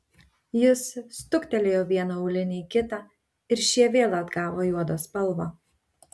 jis stuktelėjo vieną aulinį į kitą ir šie vėl atgavo juodą spalvą